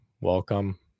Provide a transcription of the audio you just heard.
welcome